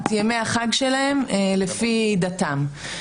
את ימי החג שלהם לפי דתם.